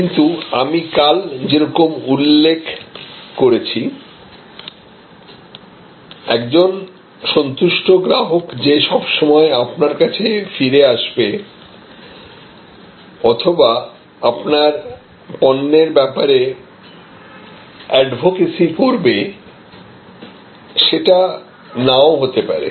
কিন্তু আমি কাল যেরকম উল্লেখ করেছি একজন সন্তুষ্ট গ্রাহক যে সব সময় আপনার কাছে ফিরে আসবে অথবা আপনার পণ্যের ব্যাপারে এডভোকেসি করবে সেটা নাও হতে পারে